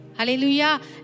Hallelujah